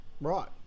Right